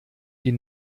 die